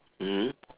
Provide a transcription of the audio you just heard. mmhmm